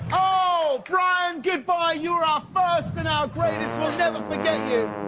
oh bryan good-bye. you're our first and our greatest forget you!